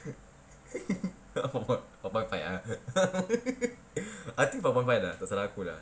four point five ah I think four point five lah tak salah aku lah